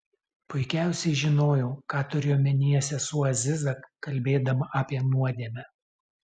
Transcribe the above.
puikiausiai žinojau ką turi omenyje sesuo aziza kalbėdama apie nuodėmę